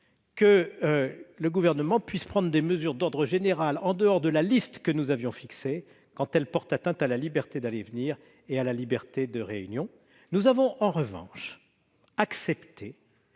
que le Gouvernement puisse prendre des mesures d'ordre général en dehors de la liste que nous avons fixée, quand elles portent atteinte à la liberté d'aller et venir et à la liberté de réunion. En revanche, nous avons accepté